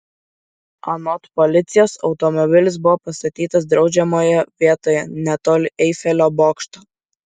anot policijos automobilis buvo pastatytas draudžiamoje vietoje netoli eifelio bokšto